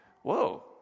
Whoa